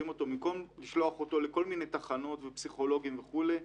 במקום לשלוח אותו לכל מיני תחנות ופסיכולוגים וכולי,